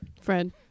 Fred